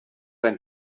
ben